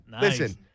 Listen